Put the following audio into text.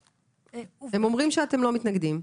הם אומרים שאתם לא מתנגדים.